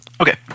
Okay